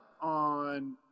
on